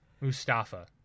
Mustafa